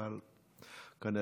אבל כנראה,